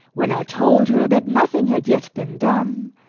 when i told her that nothing had yet been done,